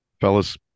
Fellas